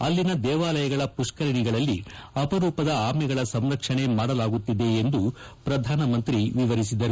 ಅಲ್ಲಿನ ದೇವಾಲಯಗಳ ಪುಷ್ನರಣಿಗಳಲ್ಲಿ ಅಪರೂಪದ ಆಮೆಗಳ ಸಂರಕ್ಷಣೆ ಮಾಡಲಾಗುತ್ತಿದೆ ಎಂದು ಪ್ರಧಾನಿ ವಿವರಿಸಿದರು